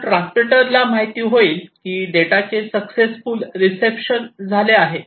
तर ट्रान्समीटरला माहिती होईल की डेटाचे सक्सेसफुल रिसेप्शन झाले आहे